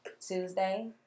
Tuesday